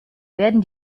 werden